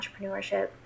entrepreneurship